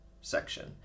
section